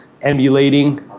emulating